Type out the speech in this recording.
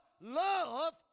Love